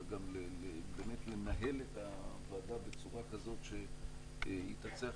אלא גם באמת לנהל את הוועדה בצורה כזאת שהיא תצליח